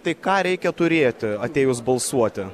tai ką reikia turėti atėjus balsuoti